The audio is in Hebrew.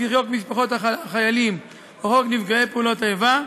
לפי חוק משפחות החיילים או חוק נפגעי פעולות האיבה,